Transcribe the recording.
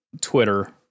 Twitter